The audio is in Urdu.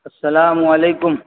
السلام علیکم